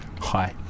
hi